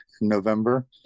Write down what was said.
November